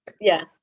Yes